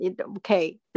okay